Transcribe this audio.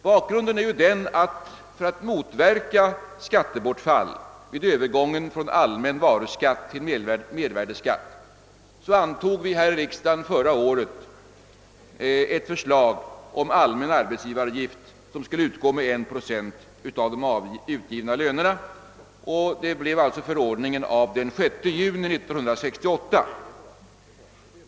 Bakgrunden är den, att vi här i riksdagen förra året för att motverka skattebortfall vid övergången från allmän varuskatt till mervärdeskatt antog ett förslag om allmän arbetsgivaravgift som skulle utgå med 1 procent av de utgivna lönerna. Bestämmelsen återfinns i förordningen den 6 juni 1968.